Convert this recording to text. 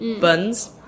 buns